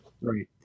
right